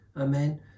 Amen